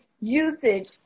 usage